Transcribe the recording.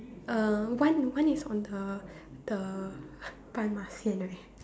uh one one is on the the